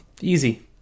Easy